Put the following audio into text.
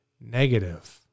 negative